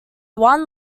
one